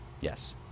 yes